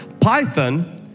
python